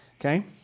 okay